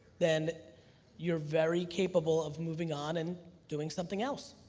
then you're very capable of moving on and doing something else.